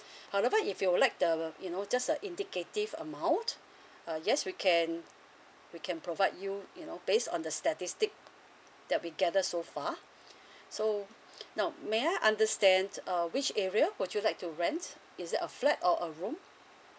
however if you would like the you know just a indicative amount uh yes we can we can provide you you know based on the statistic that we gather so far so now may I understand uh which area would you like to rent is it a flat or a room